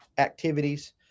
Activities